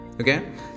okay